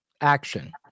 action